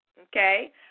okay